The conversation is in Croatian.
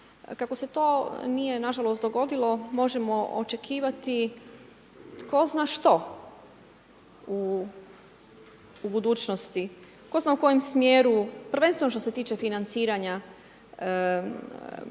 Kako se to nije nažalost dogodilo možemo očekivati tko zna što u budućnosti. Tko zna u kojem smjeru, prvenstveno što se tiče financiranja